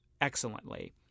excellently